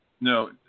No